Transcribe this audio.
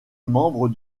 membre